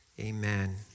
amen